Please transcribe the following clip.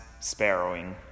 sparrowing